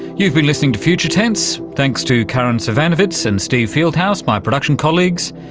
you've been listening to future tense. thanks to karin zsivanovits and steve fieldhouse, my production colleagues.